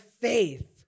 faith